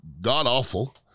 god-awful